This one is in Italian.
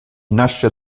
nasce